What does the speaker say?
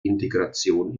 integration